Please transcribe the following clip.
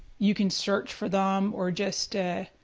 you can search for them or just